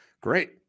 Great